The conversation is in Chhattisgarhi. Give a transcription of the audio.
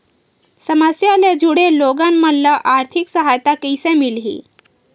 समस्या ले जुड़े लोगन मन ल आर्थिक सहायता कइसे मिलही?